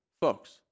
folks